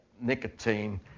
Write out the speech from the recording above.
nicotine